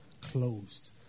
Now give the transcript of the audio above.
closed